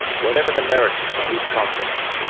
whatever the merits of these conflicts,